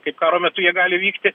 kaip karo metu jie gali vykti